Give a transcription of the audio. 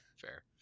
Fair